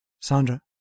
Sandra